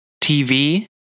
TV